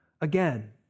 again